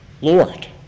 Lord